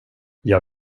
jag